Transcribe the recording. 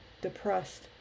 depressed